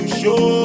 show